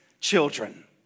children